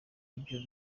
ivyo